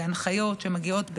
זה הנחיות שמגיעות,